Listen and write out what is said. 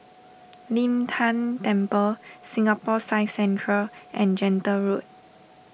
Lin Tan Temple Singapore Science Centre and Gentle Road